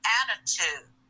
attitude